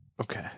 Okay